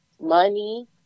money